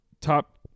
top